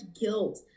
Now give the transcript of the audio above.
guilt